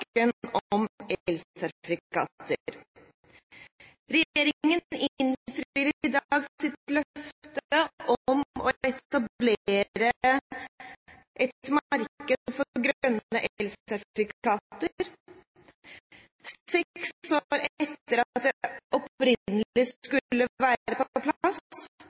elsertifikater. Regjeringen innfrir i dag sitt løfte om å etablere et marked for grønne elsertifikater, seks år etter at det opprinnelig skulle være på plass.